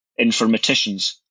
informaticians